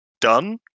done